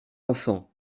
enfants